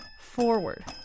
forward